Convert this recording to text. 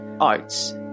arts